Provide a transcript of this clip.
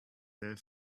their